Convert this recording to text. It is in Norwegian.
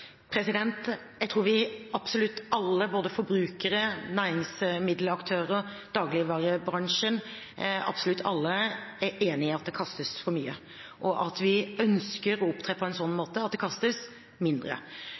Jeg tror vi absolutt alle, både forbrukere, næringsmiddelaktører, dagligvarebransje – absolutt alle – er enig i at det kastes for mye, og at vi ønsker å opptre på en sånn måte at det kastes mindre.